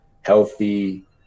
healthy